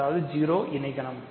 அதாவது 0 இணைகணம்